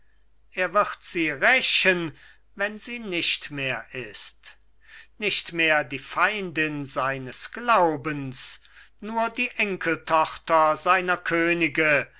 er wird sie rächen wenn sie nicht mehr ist nicht mehr die feindin seines glaubens nur die enkeltochter seiner könige